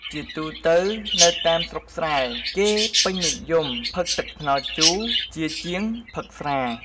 ជាទូទៅនៅតាមស្រុកស្រែ គេពេញនិយមផឹកទឹកត្នោតជូរ ជាជាងផឹកស្រា។